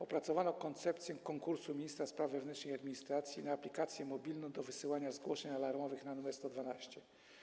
Opracowano koncepcję konkursu ministra spraw wewnętrznych i administracji na aplikację mobilną do wysyłania zgłoszeń alarmowych na numer 112.